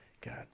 God